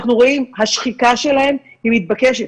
אנחנו רואים שהשחיקה שלהם היא מתבקשת.